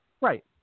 Right